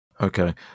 Okay